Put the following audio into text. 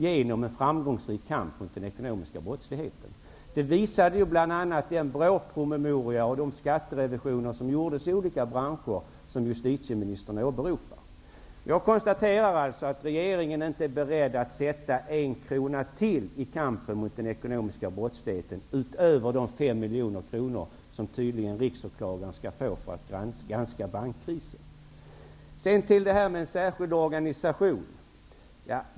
Det här framgår av den BRÅ-promemoria som har lagts fram och de skatterevisioner som har gjorts i olika branscher och som justitieministern åberopar. Regeringen är alltså inte beredd att satsa en krona till i kampen mot den ekonomiska brottsligheten utöver de 500 miljoner kronor som riksåklagaren tydligen skall få för att granska bankkrisen. Sedan har vi frågan om en särskild organisation.